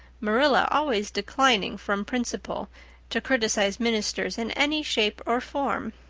marilla always declining from principle to criticize ministers in any shape or form.